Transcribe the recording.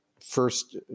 first